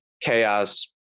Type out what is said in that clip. chaos